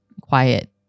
quiet